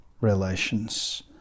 relations